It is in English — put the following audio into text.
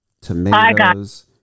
tomatoes